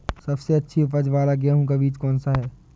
सबसे अच्छी उपज वाला गेहूँ का बीज कौन सा है?